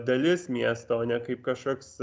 dalis miesto o ne kaip kažkoks